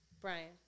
Brian